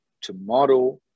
tomorrow